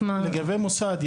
הערה לגבי מוסד.